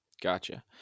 Gotcha